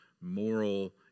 moral